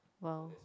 !wow!